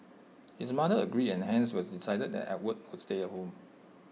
his mother agreed and hence IT was decided that Edward would stay at home